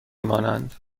مانند